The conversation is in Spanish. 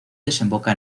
desemboca